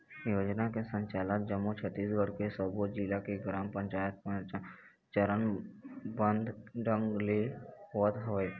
योजना के संचालन जम्मो छत्तीसगढ़ के सब्बो जिला के ग्राम पंचायत म चरनबद्ध ढंग ले होवत हवय